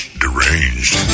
deranged